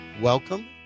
welcome